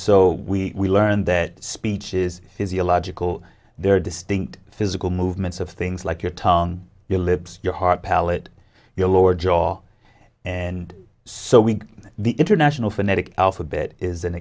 so we learn that speech is physiological there are distinct physical movements of things like your tongue your lips your heart palate your lower jaw and so we the international phonetic alphabet is an